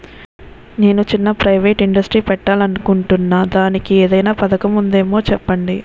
నేను చిన్న private industry పెట్టాలి అనుకుంటున్నా దానికి ఏదైనా పథకం ఉందేమో చెప్పండి?